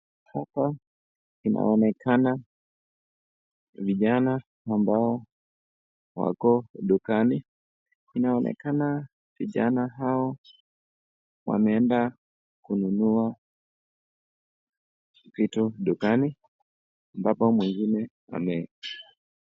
Hapa inaonekana vijana ambao wako dukani. Inaonekana vijana hao wameenda kununua vitu dukani ambapo mwingine ame...